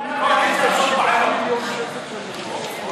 של הקואליציה עושות בעיות.